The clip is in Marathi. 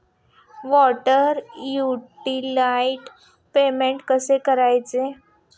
वॉटर युटिलिटी पेमेंट कसे करायचे?